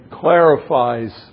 clarifies